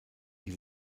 die